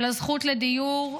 לזכות לדיור,